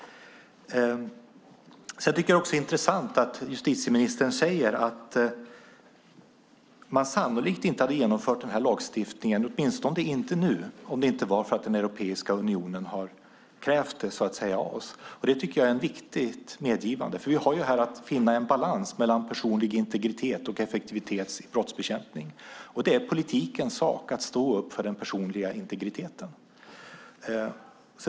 Det är intressant att justitieministern säger att man sannolikt inte hade genomfört den här lagstiftningen, åtminstone inte nu, om det inte hade varit för att den europeiska unionen har krävt det. Det tycker jag är ett viktigt medgivande, för vi har ju här att finna en balans mellan personlig integritet och effektivitet i brottsbekämpning, och det är politikens sak att stå upp för den personliga integriteten.